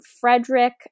Frederick